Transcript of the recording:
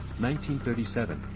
1937